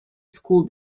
school